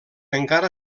encara